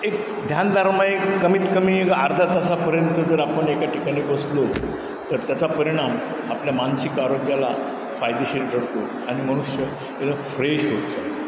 एक ध्यानदारमय कमीत कमी अर्धा तासापर्यंत जर आपण एका ठिकाणी बसलो तर त्याचा परिणाम आपल्या मानसिक आरोग्याला फायदेशीर ठरतो आणि मनुष्य एकदा फ्रेश होत चाल